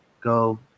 go